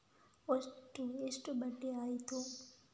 ಒಟ್ಟು ಎಷ್ಟು ಬಡ್ಡಿ ಆಯಿತು?